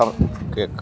butter cake